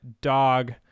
dog